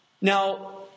Now